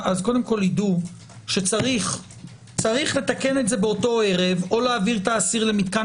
יידעו שצריך לתקן את זה באותו ערב או להעביר את האסיר למתקן